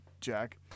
Jack